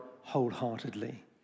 wholeheartedly